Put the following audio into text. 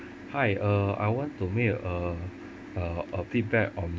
hi uh I want to make uh uh a feedback on